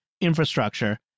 infrastructure